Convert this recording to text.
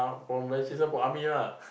from this one from army lah